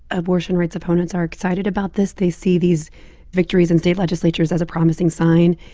abortion rights opponents are excited about this. they see these victories in state legislatures as a promising sign.